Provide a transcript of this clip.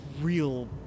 real